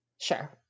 Sure